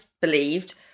believed